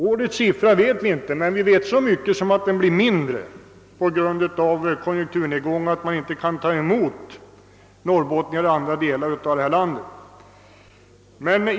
Årets siffra känner vi inte med bestämdhet, men vi vet att den kommer att bli lägre, eftersom konjunkturnedgången gör att man i andra delar av landet inte har kunnat ta emot norrbottningarna.